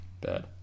Bad